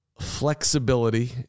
flexibility